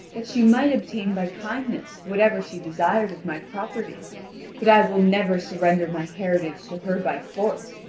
that she might obtain by kindness whatever she desired of my property but i will never surrender my heritage to her by force,